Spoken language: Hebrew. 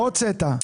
לא הוצאת.